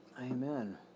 Amen